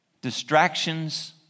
distractions